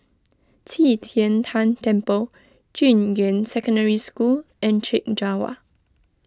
Qi Tian Tan Temple Junyuan Secondary School and Chek Jawa